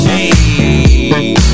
Hey